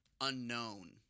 unknown